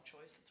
choice